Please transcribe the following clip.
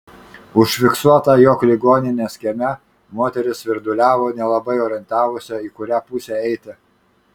užfiksuota jog ligoninės kieme moteris svirduliavo nelabai orientavosi į kurią pusę eiti